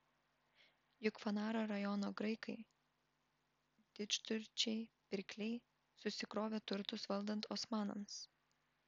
juk fanaro rajono graikai didžturčiai pirkliai susikrovė turtus valdant osmanams